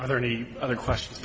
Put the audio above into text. are there any other questions